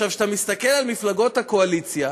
כשאתה מסתכל על מפלגות הקואליציה,